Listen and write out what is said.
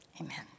Amen